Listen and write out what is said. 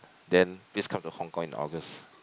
then please come to Hong-Kong in August